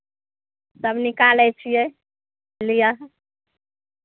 सभ निकालै छियै लिअ